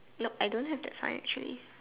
no I don't have that sign actually